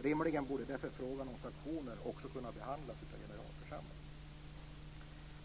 Rimligen borde en förfrågan om sanktioner också kunna behandlas av generalförsamlingen.